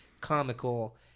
Comical